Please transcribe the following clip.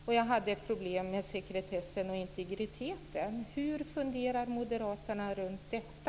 Jag skulle då få problem med sekretessen och integriteten. Hur funderar Moderaterna kring detta?